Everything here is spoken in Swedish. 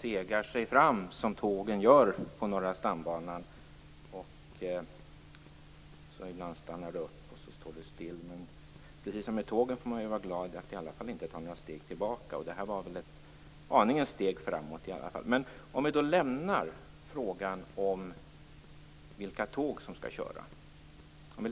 segar sig fram som tågen gör på Norra stambanan. Så ibland stannar det upp och står stilla. Men precis som med tågen får man vara glad över att det i alla fall inte tar några steg tillbaka. Det här var väl ett aningens steg framåt. Vi lämnar frågan om vilka tåg som skall köra.